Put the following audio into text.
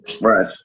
right